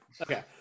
okay